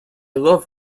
love